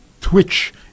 twitch